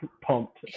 pumped